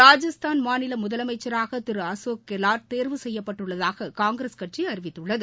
ராஜஸ்தான் மாநில முதலமைச்சராக திரு அசோக் கெல்லாட் தேர்வு செய்யப்பட்டுள்ளதாக காங்கிரஸ் கட்சி அறிவித்துள்ளது